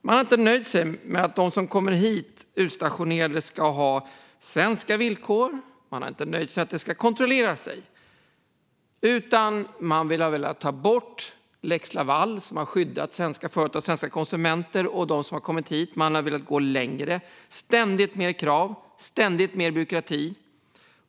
Man har inte nöjt sig med att de utstationerade som kommer hit ska ha svenska villkor - man har inte nöjt sig med att detta ska kontrolleras - utan man har velat ta bort lex Laval, som har skyddat svenska företag, svenska konsumenter och dem som har kommit hit. Man har velat gå längre - ständigt mer krav och ständigt mer byråkrati.